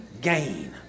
gain